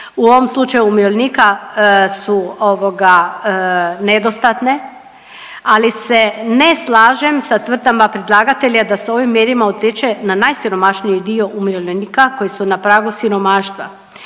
u ovom slučaju umirovljenika, su ovoga nedostatne, ali se ne slažem sa tvrdnjama predlagatelja da se ovim mjerama utječe na najsiromašniji dio umirovljenika koji su na pragu siromaštva